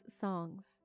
songs